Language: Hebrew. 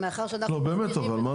אנחנו מסדירים את מה